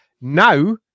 Now